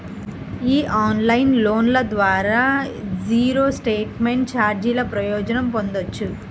ఈ ఆన్లైన్ లోన్ల ద్వారా జీరో స్టేట్మెంట్ ఛార్జీల ప్రయోజనం పొందొచ్చు